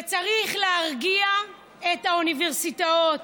וצריך להרגיע את האוניברסיטאות